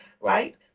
right